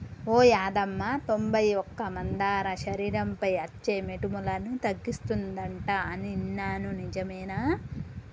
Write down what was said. ఓ యాదమ్మ తొంబై ఒక్క మందార శరీరంపై అచ్చే మోటుములను తగ్గిస్తుందంట అని ఇన్నాను నిజమేనా